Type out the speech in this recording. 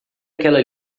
aquela